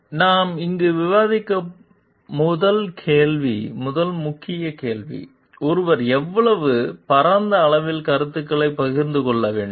எனவே நாம் இங்கு விவாதிக்கும் முதல் முக்கிய கேள்வி ஒருவர் எவ்வளவு பரந்த அளவில் கருத்துக்களைப் பகிர்ந்து கொள்ள வேண்டும்